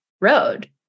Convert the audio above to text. road